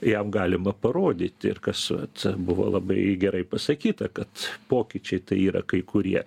jam galima parodyti ir kas vat buvo labai gerai pasakyta kad pokyčiai tai yra kai kurie